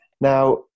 now